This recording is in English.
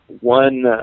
One